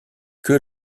que